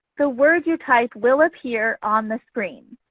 the word you type will appear on the screen.